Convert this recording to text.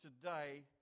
today